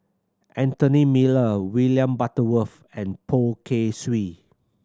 Anthony Miller William Butterworth and Poh Kay Swee